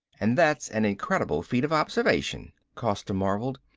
and that's an incredible feat of observation, costa marveled.